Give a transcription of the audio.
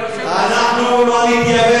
אנחנו לא נתייוון,